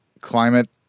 climate